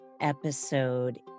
episode